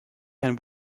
can